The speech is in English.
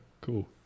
cool